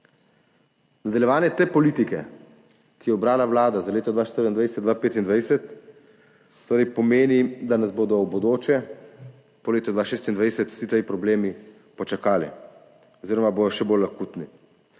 nadaljevanje te politike, ki jo je ubrala vlada za leto 2024, 2025, torej pomeni, da nas bodo v bodoče po letu 2026 vsi ti problemi počakali oziroma bodo še bolj akutni.